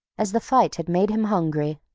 as the fight had made him hungry.